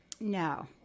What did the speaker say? No